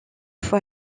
fois